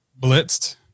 blitzed